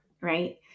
right